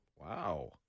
Wow